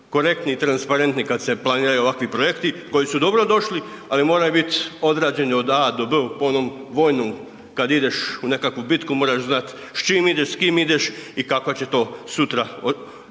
korektni i transparentni kad se planiraju ovakvi projekti koji su dobro došli, ali moraju bit odrađeni od A do B, po onom vojnom kad ideš u nekakvu bitku moraš znat s čim ideš, s kim ideš i kakva će to sutra završit.